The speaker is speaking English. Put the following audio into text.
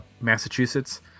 Massachusetts